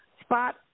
spot